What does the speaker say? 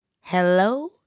Hello